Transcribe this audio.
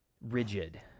rigid